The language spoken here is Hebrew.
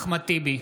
אחמד טיבי,